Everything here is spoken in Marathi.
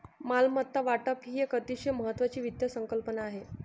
मालमत्ता वाटप ही एक अतिशय महत्वाची वित्त संकल्पना आहे